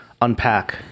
unpack